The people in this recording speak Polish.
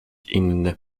inny